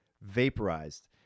vaporized